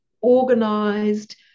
organized